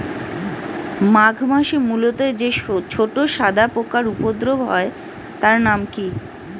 মাঘ মাসে মূলোতে যে ছোট সাদা পোকার উপদ্রব হয় তার নাম কি?